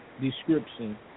description